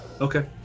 Okay